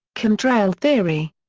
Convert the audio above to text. chemtrail theory.